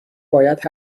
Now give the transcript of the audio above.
باید